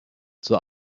zur